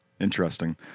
Interesting